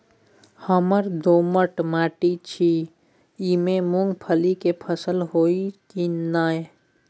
हमर दोमट माटी छी ई में मूंगफली के फसल होतय की नय?